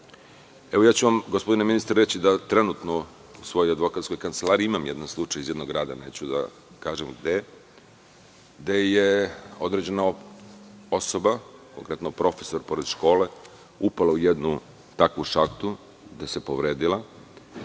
stvar. Gospodine ministre, reći ću vam da trenutno u svoj advokatskoj kancelariji imam jedan slučaj iz jednog grada, neću da kažem gde, gde je određena osoba, konkretno profesor pored škole, upala u jednu šahtu, gde se povredila